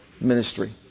ministry